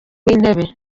w’intebe